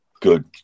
good